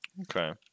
Okay